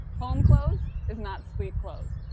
home clothes is not sleep clothes.